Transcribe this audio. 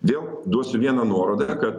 vėl duosiu vieną nuorodą kad